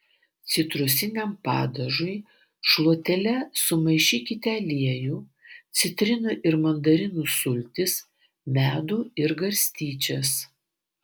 citrusiniam padažui šluotele sumaišykite aliejų citrinų ir mandarinų sultis medų ir garstyčias